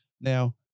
Now